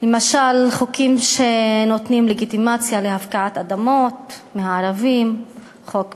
למשל חוקים שנותנים לגיטימציה להפקעת אדמות מהערבים: חוק פראוור,